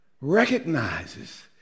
recognizes